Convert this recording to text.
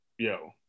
Yo